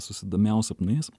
susidomėjau sapnais